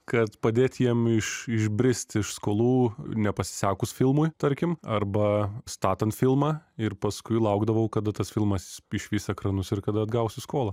kad padėti jiem išbristi iš skolų nepasisekus filmui tarkim arba statant filmą ir paskui laukdavau kada tas filmas išvys ekranus ir kada atgausiu skolą